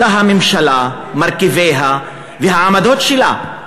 אתה, הממשלה, מרכיביה והעמדות שלה.